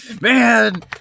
man